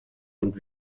und